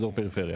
אזור פריפריה.